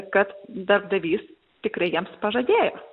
kad darbdavys tikrai jiems pažadėjo